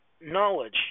knowledge